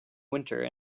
winter